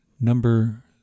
Number